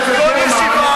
קודם כול אני אסיים במשפט אחד.